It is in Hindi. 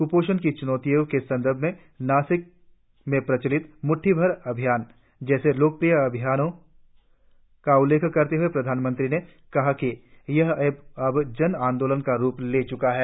कुपोषण की चुनौतियों के संदर्भ में नासिक में प्रचलित मुट्ठी भर अभियान जैसे लोकप्रिय अभियानों का उल्लेख करते हुए प्रधानमंत्री ने कहा कि यह अब जन आंदोलन का रुप ले चुका है